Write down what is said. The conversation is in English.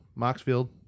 Moxfield